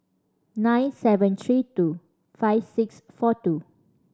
nine seven three two five six four two